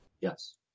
Yes